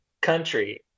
country